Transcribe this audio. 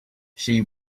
she